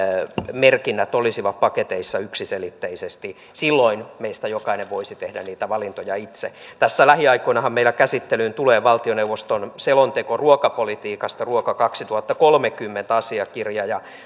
merkinnät olisivat paketeissa yksiselitteisesti silloin meistä jokainen voisi tehdä niitä valintoja itse tässä lähiaikoinahan meillä käsittelyyn tulee valtioneuvoston selonteko ruokapolitiikasta ruoka kaksituhattakolmekymmentä asiakirja